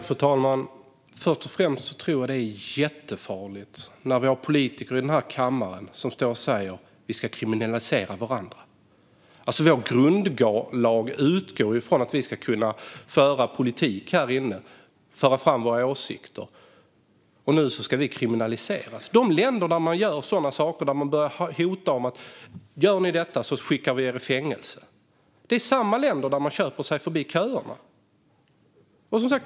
Fru talman! Först och främst tror jag att det är jättefarligt när vi har politiker i den här kammaren som står och säger att vi ska kriminalisera varandra. Vår grundlag utgår från att vi ska kunna föra fram våra åsikter här inne. Nu ska det kriminaliseras. De länder där man börjar hota med att skicka människor som gör detta i fängelse är samma länder där man köper sig förbi köerna.